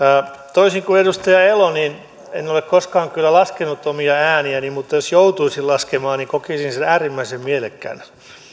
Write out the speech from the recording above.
toisin kuin edustaja elo en ole koskaan kyllä laskenut omia ääniäni mutta jos joutuisin laskemaan niin kokisin sen äärimmäisen mielekkääksi